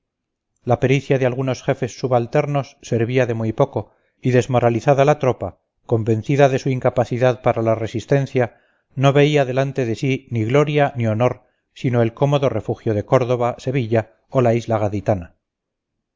la pericia de algunos jefes subalternos servía de muy poco y desmoralizada la tropa convencida de su incapacidad para la resistencia no veía delante de sí ni gloria ni honor sino el cómodo refugio de córdoba sevilla o la isla gaditana